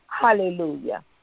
Hallelujah